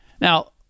now